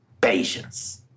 Patience